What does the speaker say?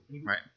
Right